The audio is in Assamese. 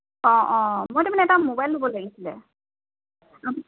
অঁ অঁ মই তাৰমানে এটা মোবাইল ল'ব লাগিছিলে